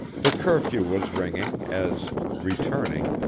the curfew was ringing as, returning,